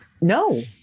no